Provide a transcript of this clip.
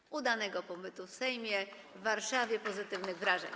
Życzę udanego pobytu w Sejmie, w Warszawie, pozytywnych wrażeń.